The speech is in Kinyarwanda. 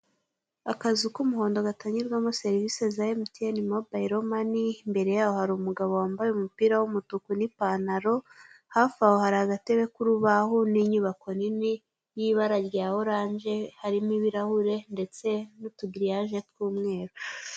Akazu k'umuhondo gatangirwamo serivisi za MTN mobayiro mani, imbere yaho hari umugabo wambaye umupira w'umutuku n'ipantaro hafi aho hari agatebe k'urubaho n'inyubako nini y'inara rya oranje n'ibirahuri ndetse n'utugiriyaje tw'umweru.